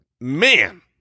Man